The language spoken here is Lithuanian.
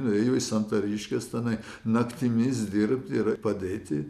nuėjo į santariškes tenai naktimis dirbti ir padėti